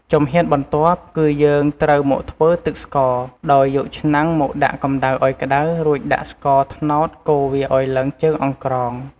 ជំហានបន្ទាប់ គឺយើងត្រូវមកធ្វើទឹកស្ករ ដោយយកឆ្នាំងមកដាក់កម្ដៅឱ្យក្ដៅ រួចដាក់ស្ករត្នោតកូរឱ្យវាឡើងជើងអង្ក្រង។